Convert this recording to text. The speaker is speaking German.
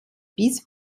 bis